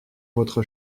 votre